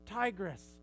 tigress